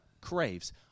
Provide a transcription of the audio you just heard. craves